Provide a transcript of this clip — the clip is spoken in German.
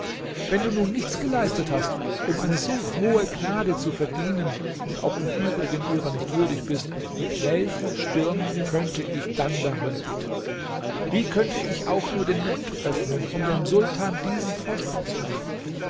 wenn du nun nichts geleistet hast um eine so hohe gnade zu verdienen und auch im übrigen ihrer nicht würdig bist mit welcher stirn könnte ich dann darum bitten wie könnte ich auch nur den mund öffnen um dem sultan diesen vorschlag zu machen